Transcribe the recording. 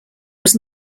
was